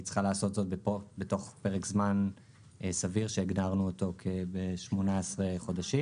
היא צריכה לעשות זאת בתוך פרק זמן סביר שהגדרנו אותו ב-18 חודשים.